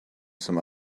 some